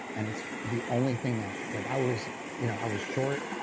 and it's the only thing that. like i was you know i was short,